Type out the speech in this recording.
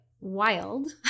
wild